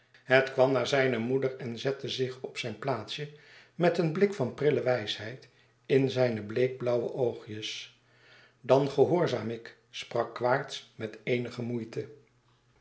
het kwam naar zijne moeder en zette zich op zijn plaatsje met een blik van prille wijsheid in zijne bleekblauwe oogjes dan gehoorzaam ik sprak quaerts met eenige moeite